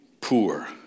poor